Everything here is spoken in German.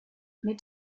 mit